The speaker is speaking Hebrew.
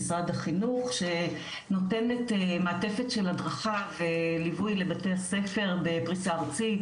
משרד החינוך שנותנת מעטפת של הדרכה וליווי לבתי הספר בפריסה ארצית,